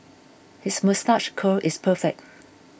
his moustache curl is perfect